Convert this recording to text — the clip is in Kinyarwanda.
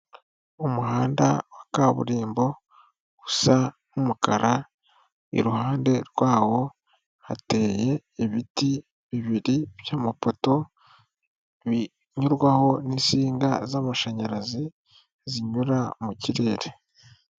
Umuhanda wa kaburimbo usa n'umukara, iruhande rwawo hateye ibiti bibiri by'amapoto binyurwaho n'insinga z'amashanyarazi zinyura mu kirere.